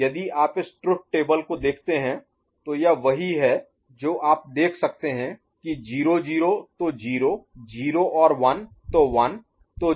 यदि आप इस ट्रुथ टेबल Truth Table सत्य तालिका को देखते हैं तो यह वही है जो आप देख सकते हैं कि 0 0 तो 0 0 और 1 तो 1